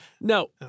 No